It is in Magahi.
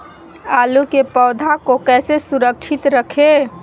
आलू के पौधा को कैसे सुरक्षित रखें?